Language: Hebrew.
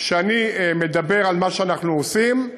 כשאני מדבר על מה שאנחנו עושים,